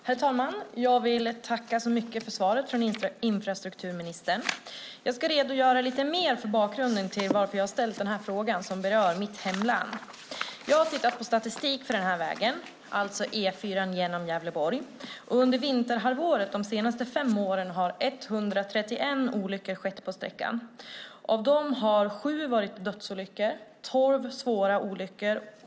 Herr talman! Jag tackar infrastrukturministern för svaret. Jag ska redogöra lite för bakgrunden till att jag har ställt den här frågan som berör mitt hemlän. Jag har tittat på statistik för E4:an genom Gävleborg. Under vinterhalvåret de senaste fem åren har 131 olyckor skett på sträckan. Av dem har 7 varit dödsolyckor, 12 har varit svåra olyckor.